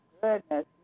goodness